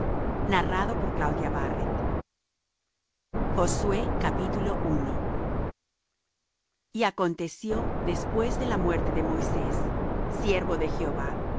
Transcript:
y acontecio después de la muerte de moisés siervo de jehová